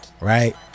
Right